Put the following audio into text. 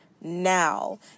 now